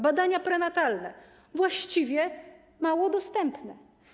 Badania prenatalne są właściwie mało dostępne.